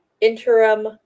interim